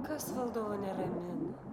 kas valdovą neramina